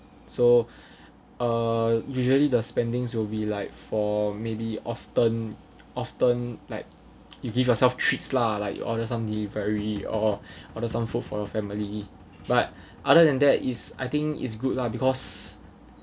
so uh usually the spendings will be like for maybe often often like you give yourself treats lah like you order something very or order some food for your family but other than that is I think is good lah because